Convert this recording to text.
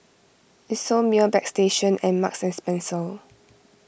Isomil Bagstationz and Marks and Spencer